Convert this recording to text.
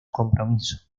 compromiso